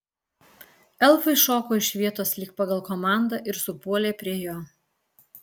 elfai šoko iš vietos lyg pagal komandą ir supuolė prie jo